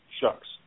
shucks